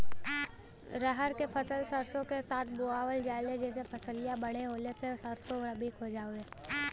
रहर क फसल सरसो के साथे बुवल जाले जैसे फसलिया बढ़िया होले सरसो रबीक फसल हवौ